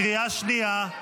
קריאה שנייה.